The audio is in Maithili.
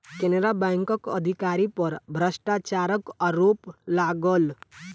केनरा बैंकक अधिकारी पर भ्रष्टाचारक आरोप लागल